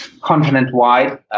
continent-wide